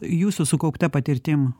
jūsų sukaupta patirtim